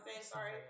sorry